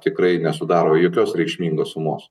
tikrai nesudaro jokios reikšmingos sumos